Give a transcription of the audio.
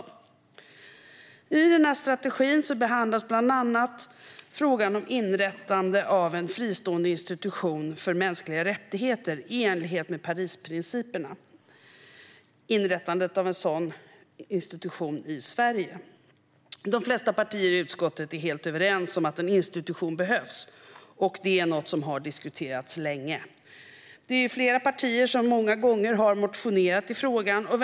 En strategi för arbetet med mänskliga rättigheter i Sverige I strategin behandlas bland annat frågan om inrättande av en fristående institution för mänskliga rättigheter i enlighet med Parisprinciperna i Sverige. De flesta partierna i utskottet är helt överens om att en institution behövs, och det är något som har diskuterats länge. Det är flera partier som har motionerat i frågan många gånger.